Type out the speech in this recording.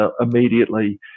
immediately